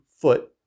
foot